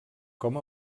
com